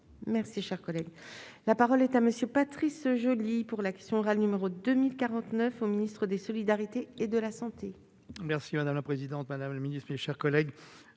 Merci, cher collègue, la parole est à monsieur Patrice Joly pour l'action orale, numéro 2000 49 ans, ministre des solidarités et de la santé. Merci madame la présidente, madame la Ministre, mes chers collègues,